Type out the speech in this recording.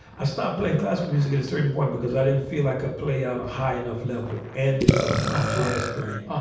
i stopped playing classical music at a certain point because i didn't feel like a play out a high enough level and develop my jazz playing. uh-huh.